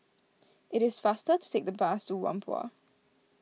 it is faster to take the bus to Whampoa